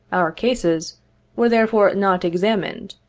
our cases were therefore not examined,